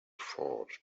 fort